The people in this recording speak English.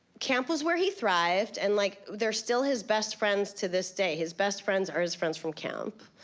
camp was where he thrived. and, like, they're still his best friends to this day. his best friends are his friends from camp.